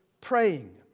praying